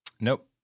Nope